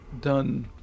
done